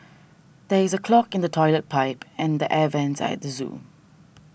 there is a clog in the Toilet Pipe and the Air Vents at the zoo